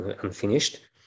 unfinished